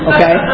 Okay